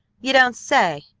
you don't say!